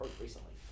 recently